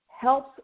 helps